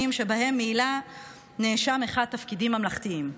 שבהן מילא נאשם 1 תפקידים ממלכתיים.